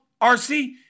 RC